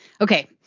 Okay